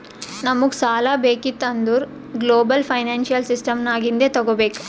ನಮುಗ್ ಸಾಲಾ ಬೇಕಿತ್ತು ಅಂದುರ್ ಗ್ಲೋಬಲ್ ಫೈನಾನ್ಸಿಯಲ್ ಸಿಸ್ಟಮ್ ನಾಗಿಂದೆ ತಗೋಬೇಕ್